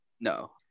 No